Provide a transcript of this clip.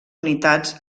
unitats